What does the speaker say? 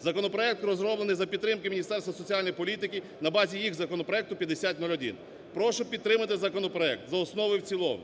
Законопроект розроблений за підтримки Міністерства соціальної політики на базі їх законопроекту 5001. Прошу підтримати законопроект за основу і в цілому.